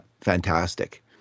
fantastic